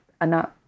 enough